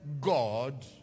God